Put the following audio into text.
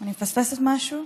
אני מפספסת משהו?